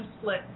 split